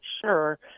sure